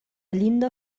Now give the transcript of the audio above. llinda